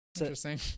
Interesting